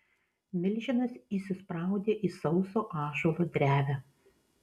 milžinas įsispraudė į sauso ąžuolo drevę